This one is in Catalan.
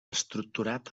estructurat